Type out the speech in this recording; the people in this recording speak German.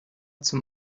zum